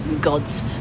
God's